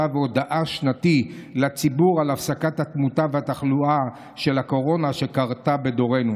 והודאה שנתי לציבור על הפסקת התמותה והתחלואה של הקורונה שקרתה בדורנו,